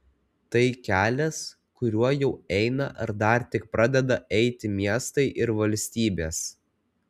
tai kelias kuriuo jau eina ar dar tik pradeda eiti miestai ir valstybės